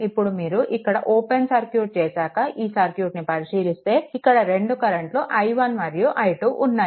ఇప్పుడు మీరు ఇక్కడ ఓపెన్ సర్క్యూట్ చేశాక ఈ సర్క్యూట్ని పరిశీలిస్తే ఇక్కడ రెండు కరెంట్లు i1 మరియు i2 ఉన్నాయి